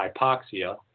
hypoxia